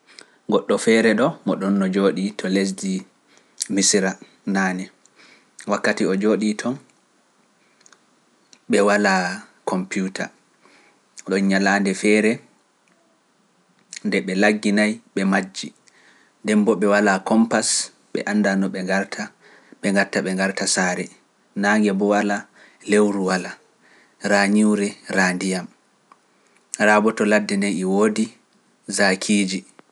Goddo fere don jodi to lesdi misira, wakkati dun be ngala kompita. nyalande fere be nduroi, ndiyan tobi be mbemmbi, wala kompas, wala lewru ko naage.